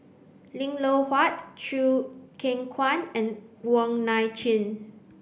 Lim Loh Huat Choo Keng Kwang and Wong Nai Chin